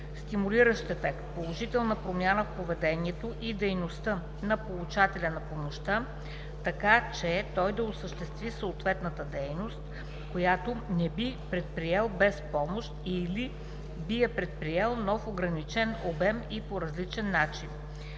стимулиращ ефект – положителна промяна в поведението и дейността на получателя на помощта, така че той да осъществи съответната дейност, която не би предприел без помощ или би я предприел, но в ограничен обем и по различен начин.